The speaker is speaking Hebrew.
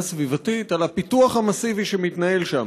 סביבתית על הפיתוח המסיבי שמתנהל שם.